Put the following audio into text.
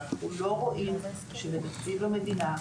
אנחנו לא רואים שבתקציב המדינה,